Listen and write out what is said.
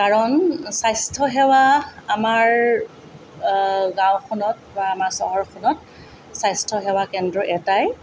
কাৰণ স্বাস্থ্য সেৱা আমাৰ গাঁওখনত বা আমাৰ চহৰখনত স্বাস্থ্য সেৱা কেন্দ্ৰ এটাই